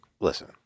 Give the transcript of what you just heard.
Listen